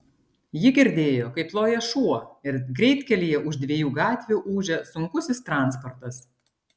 ji girdėjo kaip loja šuo ir greitkelyje už dviejų gatvių ūžia sunkusis transportas